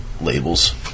labels